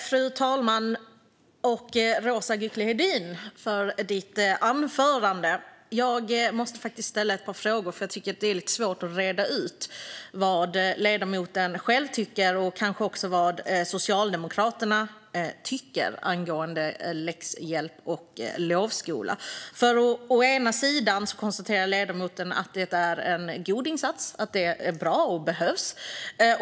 Fru talman! Tack, Roza Güclü Hedin, för ditt anförande! Jag måste faktiskt ställa ett par frågor, för jag tycker att det är lite svårt att reda ut vad ledamoten själv tycker och kanske också vad Socialdemokraterna tycker angående läxhjälp och lovskola. Å ena sidan konstaterar ledamoten att det är en god insats - den är bra, och den behövs.